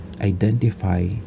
identify